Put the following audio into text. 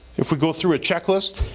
if we go through a checklist,